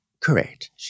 Correct